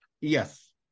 Yes